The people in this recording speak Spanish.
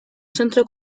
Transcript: centro